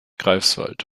greifswald